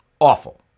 Awful